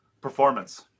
performance